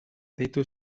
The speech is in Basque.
deitu